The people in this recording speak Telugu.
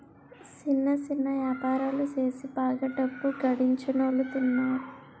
సిన్న సిన్న యాపారాలు సేసి బాగా డబ్బు గడించినోలున్నారు